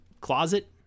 closet